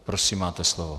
Prosím, máte slovo.